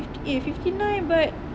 eh fifty nine but